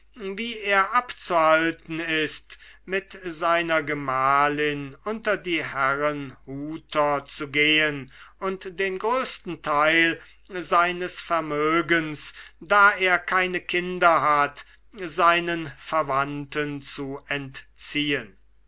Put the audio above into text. wie er abzuhalten ist mit seiner gemahlin unter die herrenhuter zu gehen und den größten teil seines vermögens da er keine kinder hat seinen verwandten zu entziehen